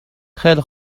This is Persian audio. خیلی